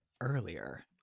earlier